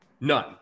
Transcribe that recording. None